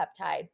peptide